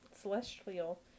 celestial